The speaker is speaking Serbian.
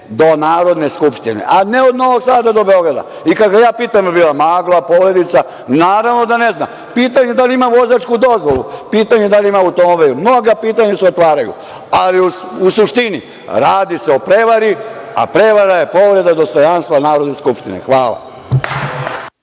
do Narodne skupštine, a ne od Novog Sada do Beograda. Kad ga ja pitam – jel bila magla, poledica, naravno da ne zna. Pitanje da li ima vozačku dozvolu, pitanje da li ima automobil. Mnoga pitanja se otvaraju. Ali, u suštini, radi se o prevari, a prevara je povreda dostojanstva Narodne skupštine. Hvala.